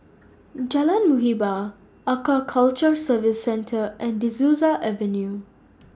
Jalan Muhibbah Aquaculture Services Centre and De Souza Avenue